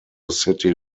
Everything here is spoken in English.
city